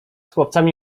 chłopcami